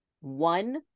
one